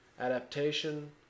adaptation